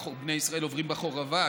בני ישראל עוברים בחרבה,